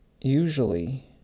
usually